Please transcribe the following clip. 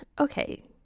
Okay